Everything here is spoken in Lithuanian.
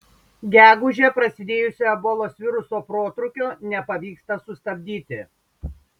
gegužę prasidėjusio ebolos viruso protrūkio nepavyksta sustabdyti